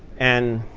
and